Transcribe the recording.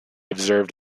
observed